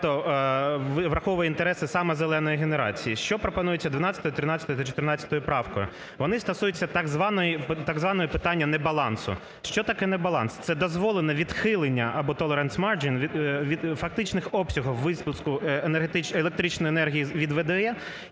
враховує інтереси саме "зеленої" генерації. Що пропонується 12-ю, 13-ю та 14 правкою. Вони стосуються так званої, так званого питання небалансу. Що таке небаланс? Це дозволене відхилення або tolerance matching від фактичних обсягів відпуску електричної енергії від ВДЕ